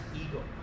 ego